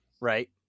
right